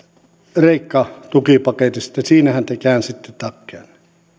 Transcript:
kreikka tukipaketista siinähän te käänsitte takkianne